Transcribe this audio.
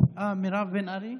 מירב בן ארי.